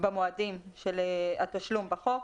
במועדים של התשלום בחוק,